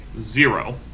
zero